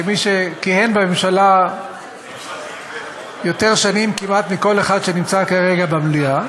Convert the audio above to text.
כמי שכיהן בממשלה יותר שנים כמעט מכל אחד שנמצא כרגע במליאה,